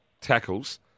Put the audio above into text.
tackles